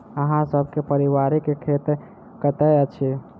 अहाँ सब के पारिवारिक खेत कतौ अछि?